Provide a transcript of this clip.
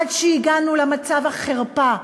עד שהגענו למצב החרפה,